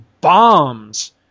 bombs